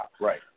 Right